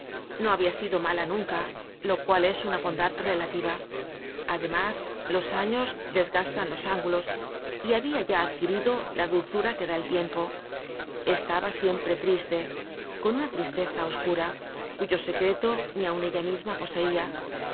no habia sido mala nunca lo cual es una bondad relativa además los años desgastan los ángulos y habiaya adquirido la dulzura que da el tiempo estaba siempre triste con una tristeza oscura cuyo secreto ni aun ella misma poseia